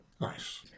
Nice